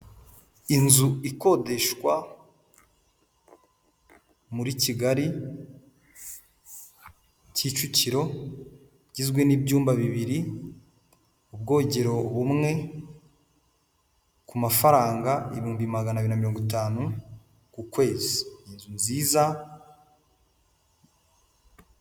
Inzu ikodeshwa muri Kigali, Kicukiro, igizwe n',byuyumba bibiri, ubwogero bumwe, ku mafaranga ibihumbi magana mirongo itanu ku kwezi, inzu nziza.